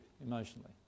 emotionally